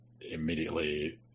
immediately